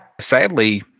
Sadly